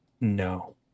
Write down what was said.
No